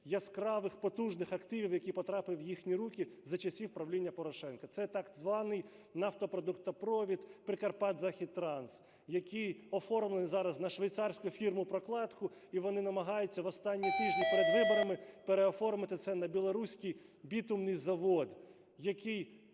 яскравих, потужних активів, який потрапив в їхні руки за часів правління Порошенка. Це так званий нафтопродуктопровід "Прикарпатзахідтранс", який оформлений зараз на швейцарську фірму-прокладку, і вони намагаються в останні тижні перед виборами переоформити це на Білоруський бітумний завод, який